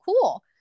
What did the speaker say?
cool